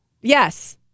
Yes